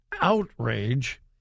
outrage